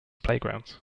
playgrounds